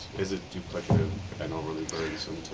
is it and overly burdensome.